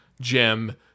gem